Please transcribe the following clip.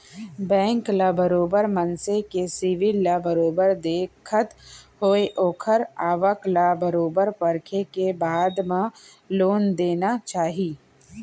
bank ल बरोबर मनसे के सिविल ल बरोबर देखत होय ओखर आवक ल बरोबर परखे के बाद ही लोन देना चाही